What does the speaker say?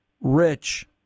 rich